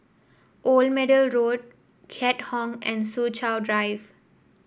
Old Middle Road Keat Hong and Soo Chow Drive